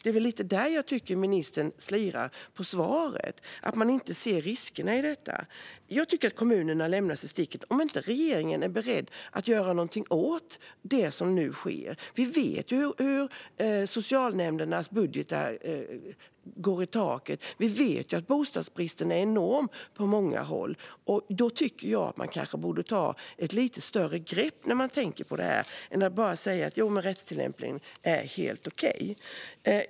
Det är väl lite där jag tycker att ministern slirar på svaret och att man inte ser riskerna i detta. Jag tycker att kommunerna lämnas i sticket om inte regeringen är beredd att göra någonting åt det som nu sker. Vi vet hur socialnämndernas budgetar slår i taket. Vi vet att bostadsbristen är enorm på många håll. Då tycker jag att man kanske borde ta ett lite större grepp när man tänker på detta än att bara säga: Jo, men rättstillämpningen är helt okej.